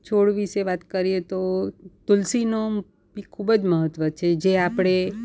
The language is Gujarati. છોડ વિશે વાત કરીએ તો તુલસીનો બી ખૂબ જ મહત્ત્વ છે જે આપણે